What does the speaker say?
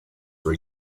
were